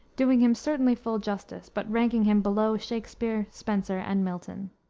doing him certainly full justice, but ranking him below shakspere, spenser, and milton.